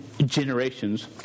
generations